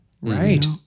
Right